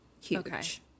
Huge